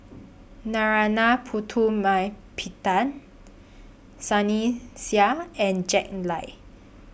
Narana Putumaippittan Sunny Sia and Jack Lai